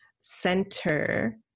center